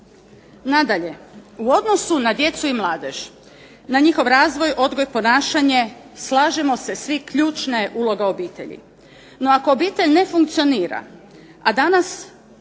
Nadalje, u odnosu na djecu i mladež, na njihov razvoj, odgoj, ponašanje, slažemo se svi ključna je uloga obitelji, no ako obitelj ne funkcionira, a danas